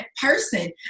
person